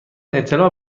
اطلاع